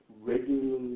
regularly